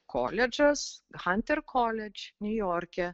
koledžas hanter koledž niujorke